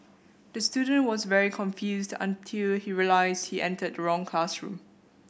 the student was very confused until he realised he entered the wrong classroom